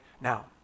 now